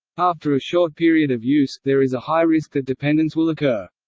after a short period of use, there is a high risk that dependence will occur.